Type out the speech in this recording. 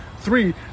three